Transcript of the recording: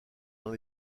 dans